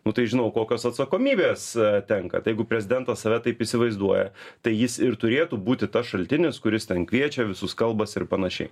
nu tai žinau kokios atsakomybės tenka tai jeigu prezidentas save taip įsivaizduoja tai jis ir turėtų būti tas šaltinis kuris ten kviečia visus kalbasi ir panašiai